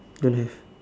don't have